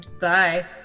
Bye